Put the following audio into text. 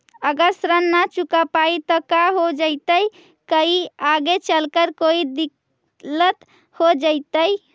अगर ऋण न चुका पाई न का हो जयती, कोई आगे चलकर कोई दिलत हो जयती?